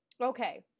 okay